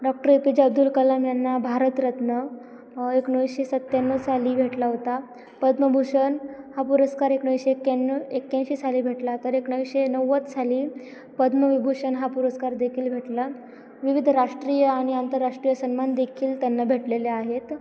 doctor A P J Abdul Kalam यांना भारतरत्न एकोणावीसशे सत्त्याण्णव साली भेटला होता पद्मभूषण हा पुरस्कार एकोणाविसशे एक्याण्णव एक्याऐंशी साली भेटला तर एकोणाविसशे नव्वद साली पद्मविभूषण हा पुरस्कार देखील भेटला विविध राष्ट्रीय आणि आंतरराष्ट्रीय सन्मान देखील त्यांना भेटलेले आहेत